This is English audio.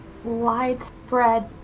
Widespread